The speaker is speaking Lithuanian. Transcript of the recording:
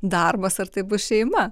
darbas ar tai bus šeima